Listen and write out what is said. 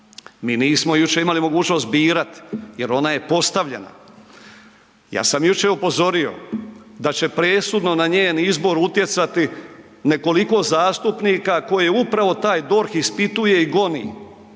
Mi nismo jučer imali mogućnost birati jer ona je postavljena. Ja sam jučer upozorio da će presudno na njen izbor utjecati nekoliko zastupnika koje upravo taj DORH ispituje i goni.